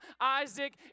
Isaac